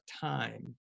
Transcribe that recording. Time